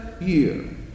year